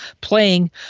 playing